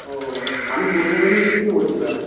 ও আমি পূর্ব মেদিনীপুর থেকে বলছিলাম